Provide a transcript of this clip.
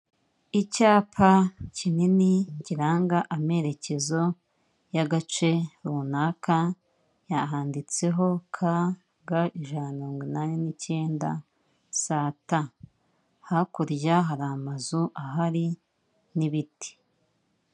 Icyapa kinini kiranga amerekezo y'agace runaka, handitseho ka, ga ijana na mirongo ine n'icyenda, sa, ta, hakurya hari amazu ahari n'ibiti.